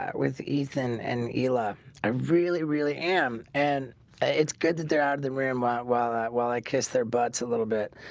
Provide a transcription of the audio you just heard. with ethan and ela i really really am and it's good that they're out of the room while while ah while i kiss their butts a little bit